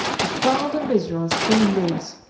the god of israel still lives!